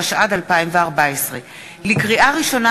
התשע"ד 2014. לקריאה ראשונה,